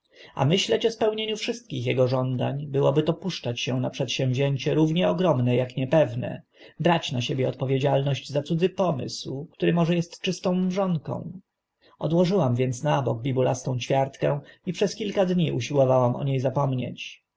a myśleć o spełnieniu wszystkich ego żądań byłoby to puszczać się na przedsięwzięcie równie ogromne ak niepewne brać na siebie odpowiedzialność za cudzy pomysł który może est czystą mrzonką odłożyłam więc na bok bibulastą ćwiartkę i przez kilka dni usiłowałam o nie zapomnieć